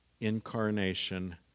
Incarnation